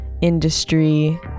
industry